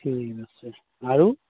ঠিক আছে আৰু